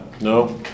No